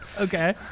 Okay